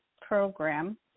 program